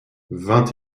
vingt